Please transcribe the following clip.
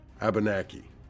Abenaki